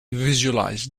visualise